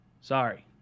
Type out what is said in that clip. sorry